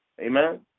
Amen